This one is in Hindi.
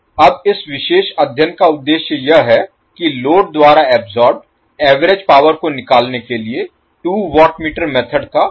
अब इस विशेष अध्ययन का उद्देश्य यह है कि लोड द्वारा अब्सोर्बेड एवरेज पावर को निकालने के लिए 2 वाट मीटर मेथड का उपयोग होगा